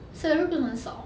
salary 不是很少